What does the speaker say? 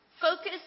focus